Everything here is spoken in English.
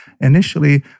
initially